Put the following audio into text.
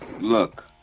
look